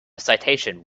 citation